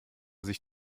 sich